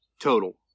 total